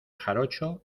jarocho